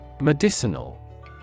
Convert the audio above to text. MEDICINAL